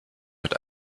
mit